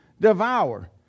devour